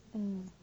嗯